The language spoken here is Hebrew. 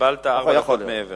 קיבלת ארבע דקות מעבר.